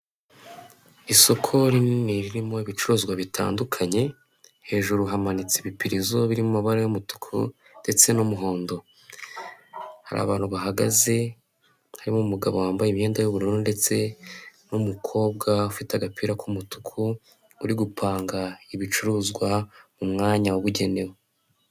Isoko rinini ririmo ibicuruzwa bitandukanye, hejuru hamanitse ibipirizo biri mu mabara y'umutuku ndetse n'umuhondo, hari abantu bahagaze, harimo umugabo wambaye imyenda y'ubururu ndetse n'umukobwa ufite agapira k'umutuku uri gupanga ibicuruzwa mu mwanya wabugenewe.